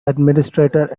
administrator